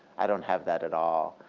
i don't have that at all.